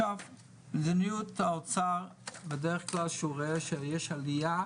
כלל כשהוא רואה שיש עלייה